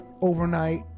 overnight